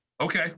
okay